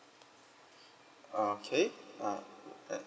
okay uh and